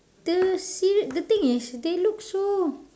the see the thing is they look so